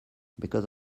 because